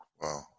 Wow